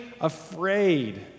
afraid